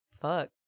Fuck